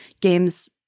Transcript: games